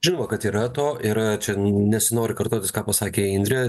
žinoma kad yra to ir čia nesinori kartotis ką pasakė indrė